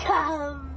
Come